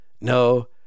No